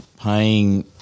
paying